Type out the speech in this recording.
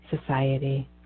society